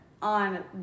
On